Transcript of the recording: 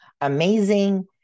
amazing